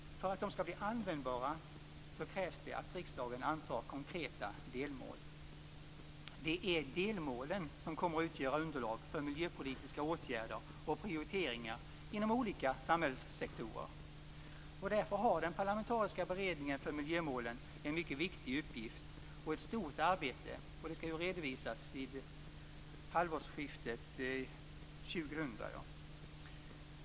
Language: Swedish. För att de skall bli användbara krävs att riksdagen antar konkretare delmål. Det är delmålen som kommer att utgöra underlag för miljöpolitiska åtgärder och prioriteringar inom olika samhällssektorer. Därför har den parlamentariska beredningen för miljömålen en mycket viktig uppgift och ett stort arbete som skall redovisas vid halvårsskiftet, den 1 juli år 2000.